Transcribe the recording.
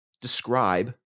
describe